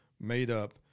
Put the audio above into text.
made-up